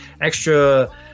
extra